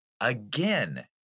again